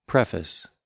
Preface